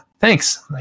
thanks